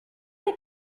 les